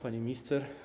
Pani Minister!